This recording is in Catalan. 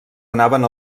anaven